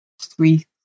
three